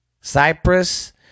Cyprus